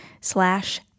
slash